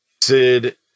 sid